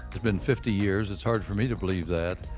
it's been fifty years, it's hard for me to believe that.